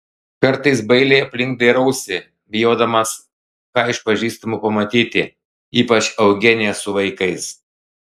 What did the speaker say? kartais bailiai aplink dairiausi bijodamas ką iš pažįstamų pamatyti ypač eugeniją su vaikais